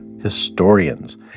historians